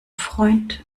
freund